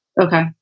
Okay